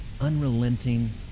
unrelenting